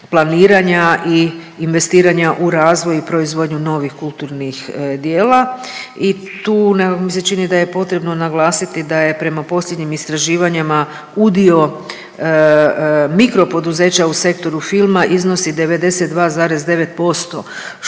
planiranja i investiranja u razvoj i proizvodnju novih kulturnih djela i tu nekako mi se čini da je potrebno naglasiti da je prema posljednjim istraživanjima udio mikropoduzeća u sektoru filma iznosi 92,9% što uz